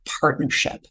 partnership